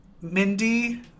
Mindy